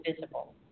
visible